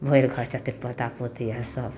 भरि घर छथिन पोता पोती आओर सभ ठीक छथि बुझलिए